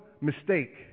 mistake